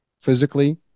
physically